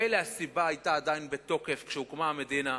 מילא, הסיבה היתה עדיין בתוקף כשהוקמה המדינה,